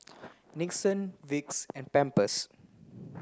Nixon Vicks and Pampers